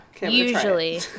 Usually